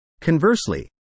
Conversely